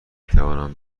توانم